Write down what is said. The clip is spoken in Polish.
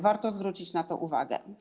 Warto zwrócić na to uwagę.